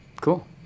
Cool